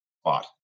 spot